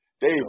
Dave